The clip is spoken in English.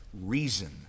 reason